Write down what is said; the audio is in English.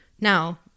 Now